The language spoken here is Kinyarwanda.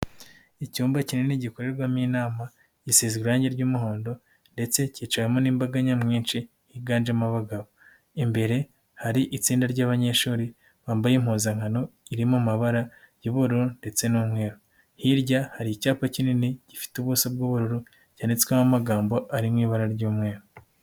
Icyumba kinini gikorerwamo inama gisize irangi ry'umuhondo ndetse kicawemo n'imbaga nyamwinshi higanjemo abagabo, imbere hari itsinda ry'abanyeshuri bambaye impuzankano iri mu mabara y'ubururu ndetse n'umweru, hirya hari icyapa kinini gifite ubuso bw'ubururu cyanditswemo amagambo ari mu ibara ry'umweru.